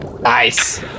Nice